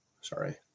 sorry